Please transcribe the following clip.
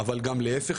אבל גם להיפך,